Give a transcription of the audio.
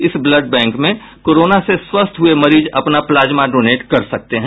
इस blood bank में corona से स्वस्थ हुये मरीज अपना प्लाज्मा डोनेट कर सकते हैं